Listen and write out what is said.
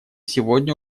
сегодня